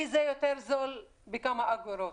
כי זה יותר זול בכמה אגורות.